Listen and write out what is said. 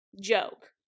joke